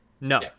No